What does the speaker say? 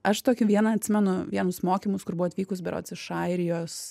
aš tokį vieną atsimenu vienus mokymus kur buvo atvykus berods iš airijos